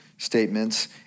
statements